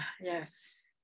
Yes